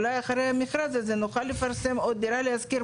אולי אחרי המכרז הזה נוכל לפרסם עוד "דירה להשכיר".